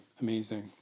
amazing